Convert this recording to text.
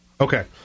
Okay